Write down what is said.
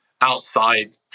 outside